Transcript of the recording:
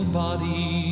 body